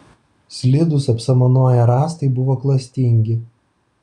slidūs apsamanoję rąstai buvo klastingi